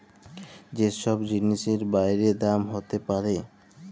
যে ছব জিলিসের বাইড়ে দাম হ্যইতে পারে